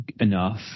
enough